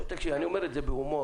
אני אומר את זה בהומור.